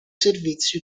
servizi